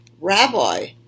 rabbi